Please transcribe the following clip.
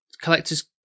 collector's